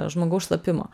žmogaus šlapimo